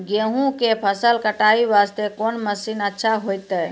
गेहूँ के फसल कटाई वास्ते कोंन मसीन अच्छा होइतै?